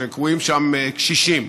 שקרויים שם "קשישים".